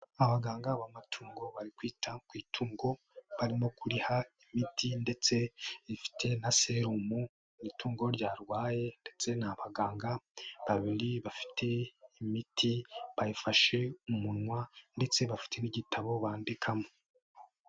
Abaganga b'amatungo bari kwita ku itungo barimo kuriha imiti ndetse rifite na serumu, ni itungo ryarwaye ndetse n'abaganga babiri bafite imiti bayifashe umunwa ndetse bafite n'igitabo bandikamo.